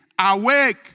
Awake